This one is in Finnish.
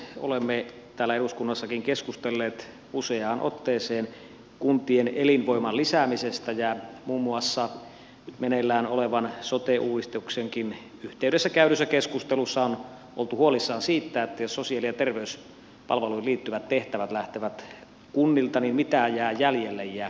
olemme täällä eduskunnassakin keskustelleet useaan otteeseen kuntien elinvoiman lisäämisestä ja muun muassa nyt meneillään olevan sote uudistuksenkin yhteydessä käydyssä keskustelussa on oltu huolissaan siitä että jos sosiaali ja terveyspalveluihin liittyvät tehtävät lähtevät kunnilta niin mitä jää jäljelle